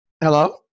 Hello